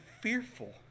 fearful